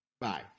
Bye